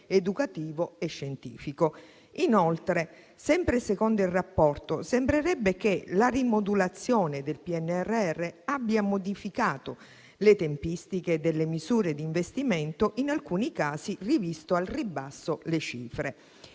educativo e scientifico. Inoltre, sempre secondo il rapporto, sembrerebbe che la rimodulazione del PNRR abbia modificato le tempistiche delle misure di investimento e in alcuni casi rivisto al ribasso le cifre.